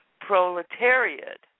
proletariat